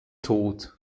tod